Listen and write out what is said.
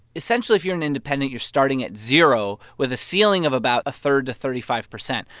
essentially, if you're an independent, you're starting at zero with a ceiling of about a third to thirty five percent.